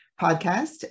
podcast